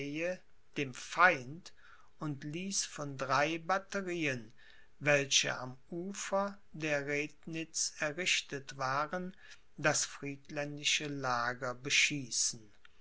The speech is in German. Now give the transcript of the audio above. dem feind und ließ von drei batterieen welche am ufer der rednitz errichtet waren das friedländische lager beschießen